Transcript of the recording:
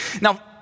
Now